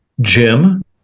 Jim